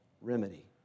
remedy